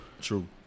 true